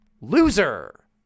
loser